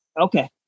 Okay